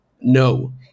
No